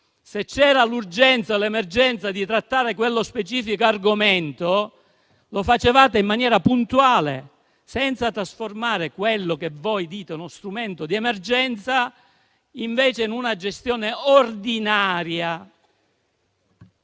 e l'emergenza di trattare quello specifico argomento, potevate farlo in maniera puntuale, senza trasformare quello che voi definite uno strumento di emergenza in una gestione ordinaria.